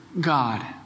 God